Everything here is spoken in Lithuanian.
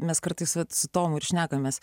mes kartais vat su tomu ir šnekamės